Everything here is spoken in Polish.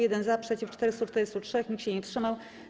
1 - za, przeciw - 443, nikt się nie wstrzymał.